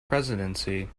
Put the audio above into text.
presidency